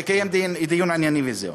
לקיים דיון ענייני וזהו.